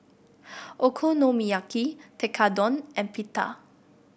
Okonomiyaki Tekkadon and Pita